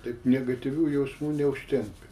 taip negatyvių jausmų neužtenka